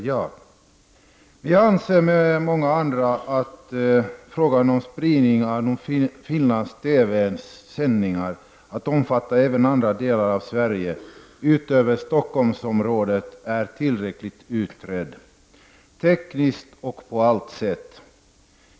Men jag anser, liksom som många andra, att frågan om spridning av Finlands TVs sändningar till att omfatta även delar av Sverige utanför Stockholmsområdet är tillräckligt utredd, tekniskt och på allt sätt.